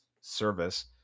service